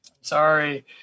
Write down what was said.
Sorry